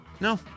No